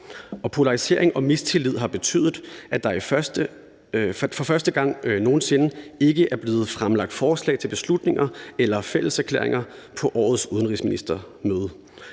polarisering og mistillid har betydet, at der for første gang nogen sinde ikke er blevet fremlagt forslag til beslutninger eller fælleserklæringer på årets udenrigsministermøde.